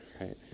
right